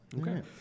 Okay